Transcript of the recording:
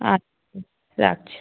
আচ্ছা রাখছি